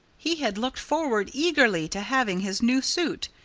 he had looked forward eagerly to having his new suit.